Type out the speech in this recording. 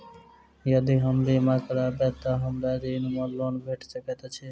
यदि हम बीमा करबै तऽ हमरा ऋण वा लोन भेट सकैत अछि?